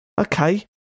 okay